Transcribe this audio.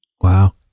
Wow